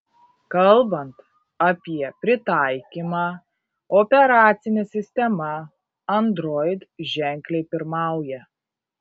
kalbant apie pritaikymą operacinė sistema android ženkliai pirmauja